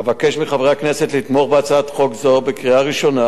אבקש מחברי הכנסת לתמוך בהצעת חוק זו בקריאה ראשונה